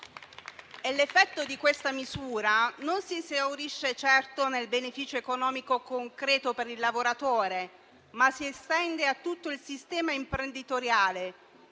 L'effetto di questa misura non si esaurisce certo nel beneficio economico concreto per il lavoratore, ma si estende a tutto il sistema imprenditoriale,